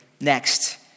Next